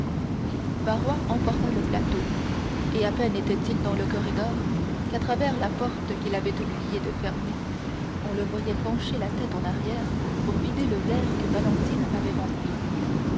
barrois emporta le plateau et à peine était-il dans le corridor qu'à travers la porte qu'il avait oublié de fermer on le voyait pencher la tête en arrière pour vider le verre que valentine avait rempli